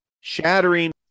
shattering